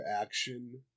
action